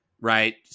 right